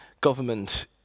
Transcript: government